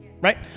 Right